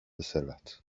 ثروت